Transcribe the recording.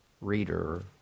reader